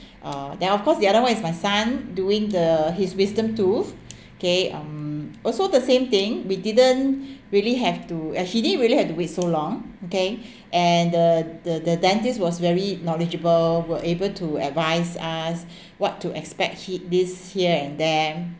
uh then of course the other one is my son doing the his wisdom tooth okay um also the same thing we didn't really have to uh he didn't have to wait so long okay and the the the dentist was very knowledgeable were able to advise us what to expect hit this here and there